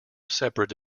separate